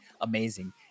amazing